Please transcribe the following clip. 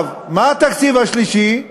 מה התקציב השלישי?